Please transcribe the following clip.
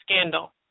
scandal